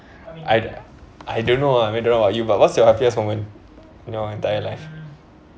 I I don't know ah I don't know about you but what's your happiest moment in your entire life